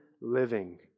living